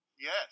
Yes